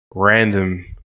Random